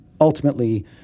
Ultimately